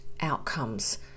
outcomes